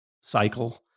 cycle